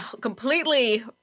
completely